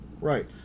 Right